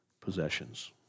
possessions